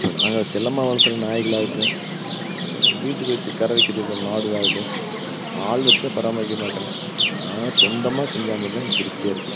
இப்போ நாங்கள் செல்லமாக வளக்கிற நாய்கள் ஆகட்டும் வீட்டுக்கு வச்சு கறவைக்கு வச்சுருக்க மாடுகள் ஆகட்டும் ஆள் வச்சுலாம் பராமரிக்க மாட்டோங்க நான் சொந்தமாக செஞ்சால் மட்டும்தான் எனக்கு திருப்தியாக இருக்கும்